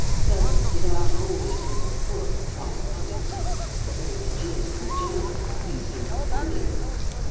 felt that after all it was a poor price to receive for all the jeers and gibes of the assembled onlookers.